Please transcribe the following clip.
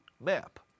Map